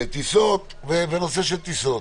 נושא נוסף היה הטיסות.